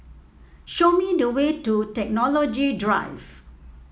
show me the way to Technology Drive